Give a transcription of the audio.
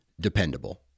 dependable